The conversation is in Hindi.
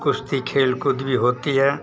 कुश्ती खेलकूद भी होती है